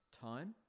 time